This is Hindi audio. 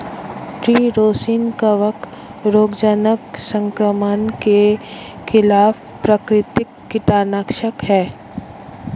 ट्री रोसिन कवक रोगजनक संक्रमण के खिलाफ प्राकृतिक कीटनाशक है